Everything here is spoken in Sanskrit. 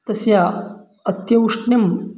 तस्य अत्यौष्ण्यं